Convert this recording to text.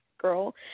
Girl